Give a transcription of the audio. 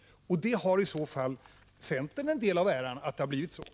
Att det har blivit så kan centern ta åt sig en del av äran för.